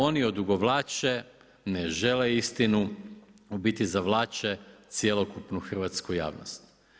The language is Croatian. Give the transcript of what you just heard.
Oni odugovlače, ne žele istinu, u biti zavlače cjelokupnu hrvatsku javnost.